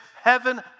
heaven